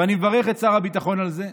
ואני מברך את שר הביטחון על זה,